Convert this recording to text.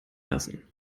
lassen